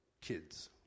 kids